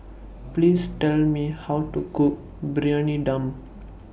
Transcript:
Please Tell Me How to Cook Briyani Dum